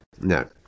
No